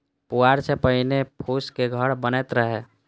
पुआर सं पहिने फूसक घर बनैत रहै